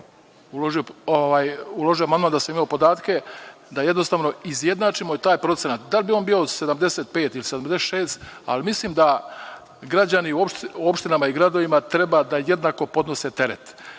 uložio amandman da sam imao podatke, da jednostavno izjednačimo i taj procenat, da li bi on bio 75% ili 76%, ali mislim da građani u opštinama i gradovima treba da jednako podnose teret.